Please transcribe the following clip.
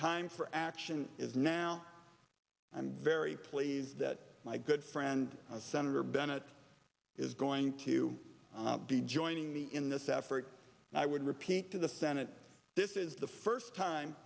time for action is now i'm very pleased that my good friend senator bennett is going to be joining me in this effort i would repeat to the senate this is the first time